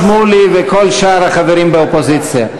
שמולי וכל שאר החברים באופוזיציה,